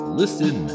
listen